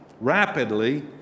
rapidly